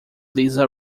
lisa